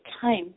time